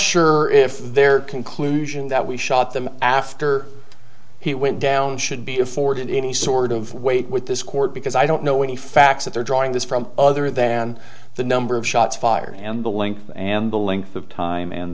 sure if their conclusion that we shot them after he went down should be afforded any sort of weight with this court because i don't know any facts that they're drawing this from other than the number of shots fired and the length and the length of time and